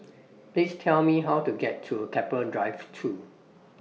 Please Tell Me How to get to Keppel Drive two